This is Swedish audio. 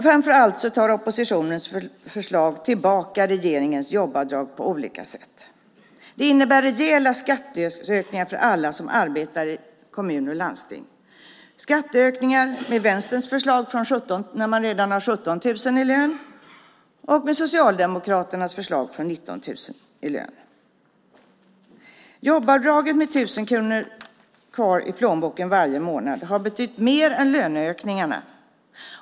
Framför allt tar oppositionens förslag tillbaka regeringens jobbavdrag på olika sätt. Det innebär rejäla skatteökningar för alla som arbetar i kommuner och landsting. Med Vänsterns förslag blir det en skatteökning redan när man har 17 000 kronor i lön, och med Socialdemokraternas förslag blir det en höjning från 19 000 kronor i lön. Jobbavdraget med 1 000 kronor mer kvar i plånboken varje månad har betytt mer än löneökningarna.